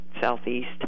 southeast